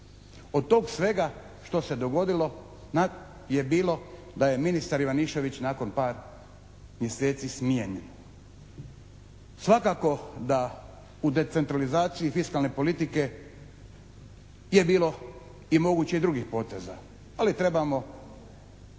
Od tog svega što se dogodilo je bilo da je ministar Ivanišević nakon par mjeseci smijenjen. Svakako da u decentralizaciji fiskalne politike je bilo i moguće drugih poteza, ali trebamo